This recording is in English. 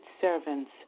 servants